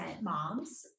moms